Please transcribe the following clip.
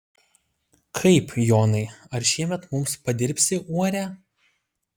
kaip jonai ar šiemet mums padirbsi uorę